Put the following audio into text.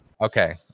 Okay